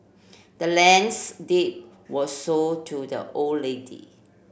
the land's deed was sold to the old lady